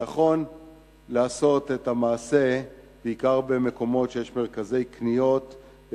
נכון לעשות את המעשה בעיקר במקומות שהם מרכזי קניות,